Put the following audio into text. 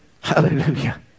Hallelujah